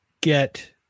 get